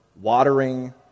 watering